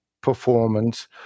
performance